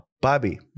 Bobby